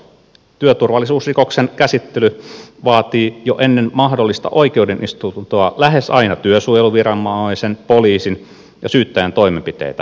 työturvallisuusrikoksen käsittely vaatii jo ennen mahdollista oikeuden istuntoa lähes aina työsuojeluviranomaisen poliisin ja syyttäjän toimenpiteitä